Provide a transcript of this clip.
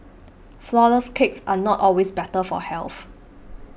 Flourless Cakes are not always better for health